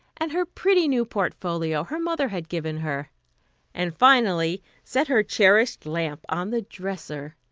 and her pretty new portfolio her mother had given her and finally set her cherished lamp on the dresser.